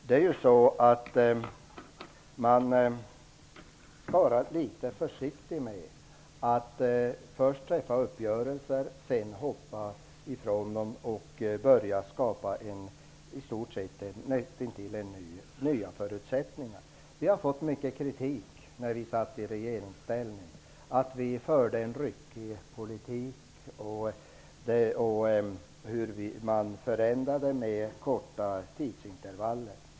Man får vara litet försiktig med att först träffa uppgörelser och sedan hoppa av dem och börja skapa nästintill nya förutsättningar. När vi satt i regeringsställning fick vi mycket kritik för att vi förde en ryckig politik och för att vi genomförde förändringar med kort varsel.